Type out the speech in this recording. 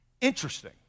Interesting